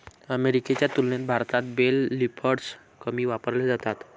अमेरिकेच्या तुलनेत भारतात बेल लिफ्टर्स कमी वापरले जातात